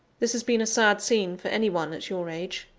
this has been a sad scene for any one at your age,